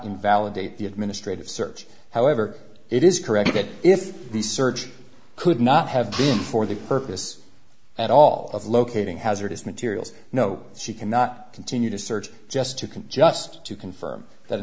invalidate the administrative search however it is correct that if the search could not have been for the purpose at all of locating hazardous materials no she cannot continue to search just you can just to confirm that